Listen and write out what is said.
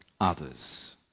others